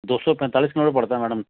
दो सौ पैंतालीस किलोमीटर पड़ता है मैडम